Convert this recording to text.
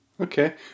Okay